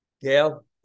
gail